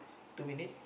two minute